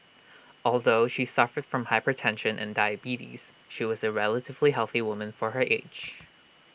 although she suffered from hypertension and diabetes she was A relatively healthy woman for her age